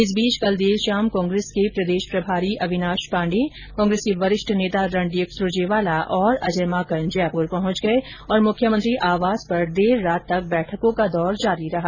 इस बीच कल देर शाम कांग्रेस के प्रदेश प्रभारी अविनाश पांडे कांग्रेस के वरिष्ठ नेता रणदीप सुरजेवाला तथा अजय माकन जयपुर पहुंच गये और मुख्यमंत्री आवास पर देर रात तक बैठकों का दौर जारी रहा